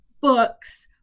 books